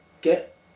get